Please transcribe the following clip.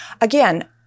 again